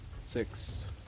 six